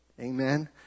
Amen